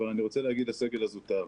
אבל אני רוצה להגיד לסגל הזוטר,